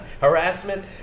Harassment